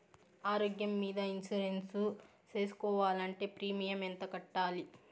ఆరోగ్యం మీద ఇన్సూరెన్సు సేసుకోవాలంటే ప్రీమియం ఎంత కట్టాలి?